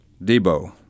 Debo